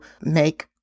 make